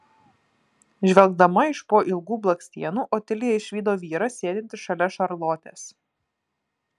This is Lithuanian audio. žvelgdama iš po ilgų blakstienų otilija išvydo vyrą sėdintį šalia šarlotės